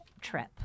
trip